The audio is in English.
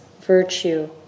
virtue